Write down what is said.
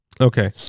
Okay